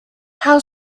how